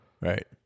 Right